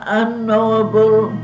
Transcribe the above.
unknowable